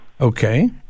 Okay